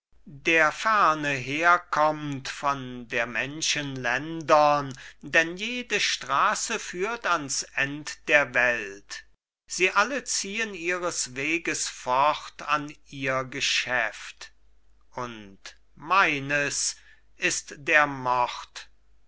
der ferne herkommt von der menschen ländern denn jede strasse führt ans end der welt sie alle ziehen ihres weges fort an ihr geschäft und meines ist der mord